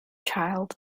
child